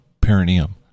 perineum